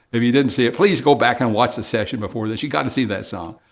if you didn't see it, please go back and watch the session before this, you got to see that song.